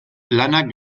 lanak